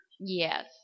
Yes